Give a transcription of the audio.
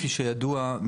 כפי שידוע,